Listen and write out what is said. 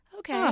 Okay